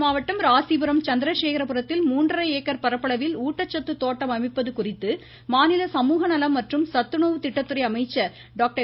நாமக்கல் மாவட்டம் ராசிபுரம் சந்திரசேகரபுரத்தில் மூன்றரை ஏக்கர் பரப்பளவில் ஊட்டச்சத்து தோட்டம் அமைப்பது குறித்து மதாநில சமூக நலம் மற்றும் சத்துணவு திட்டத்துறை அமைச்சர் டாக்டர்